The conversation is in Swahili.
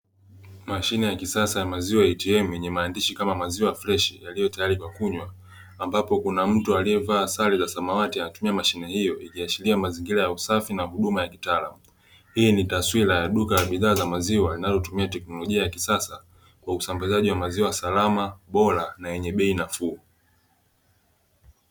Mashine ya kisasa ya maziwa ATM yenye maandishi kama maziwa fresh yaliyo tayari kwa kunywa ambapo kuna mtu aliyevaa sare za samawati anatumia mashine hiyo ikiashiria mazingira ya usafi na huduma ya kitaaalamu hii ni taswira ya duka la bidhaa za maziwa linalotumia teknolojia ya kisasa kwa usambazaji wa maziwa salama bora na yenye bei nafuu.